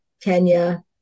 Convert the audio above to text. Kenya